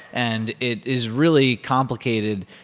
and it is really complicated.